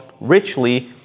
richly